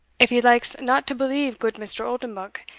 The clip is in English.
if he likes not to believe, goot mr. oldenbuck,